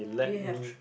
do you have three